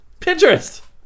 Pinterest